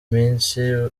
minsi